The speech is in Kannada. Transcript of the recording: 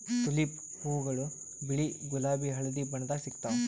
ತುಲಿಪ್ ಹೂವಾಗೊಳ್ ಬಿಳಿ ಗುಲಾಬಿ ಹಳದಿ ಬಣ್ಣದಾಗ್ ಸಿಗ್ತಾವ್